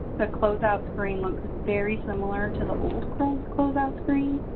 the closeout screen looks very similar to the old closeout closeout screen,